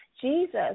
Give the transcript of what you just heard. Jesus